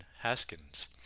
Haskins